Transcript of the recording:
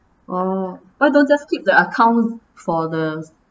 oh why don't just keep the account for the